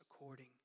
according